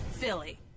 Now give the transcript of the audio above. philly